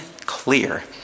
clear